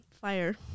fire